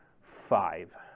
Five